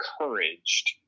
encouraged